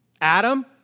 Adam